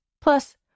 Plus